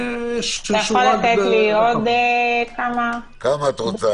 מה תרצי